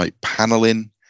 paneling